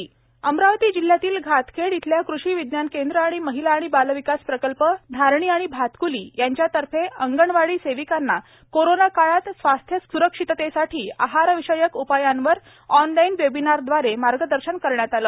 online webinar Amravati जिल्ह्यातील घातखेड येथील कृषि विज्ञान केंद्र आणि महिला आणि बालविकास प्रकल्प धारणी आणि भातकुली यांच्यातर्फे अंगणवाडी सेविकांना कोरोनाकाळात स्वास्थ स्रक्षिततेसाठी आहारविषयक उपायावर ऑनलाईन वेबिनारद्वारे मार्गदर्शन करण्यात आले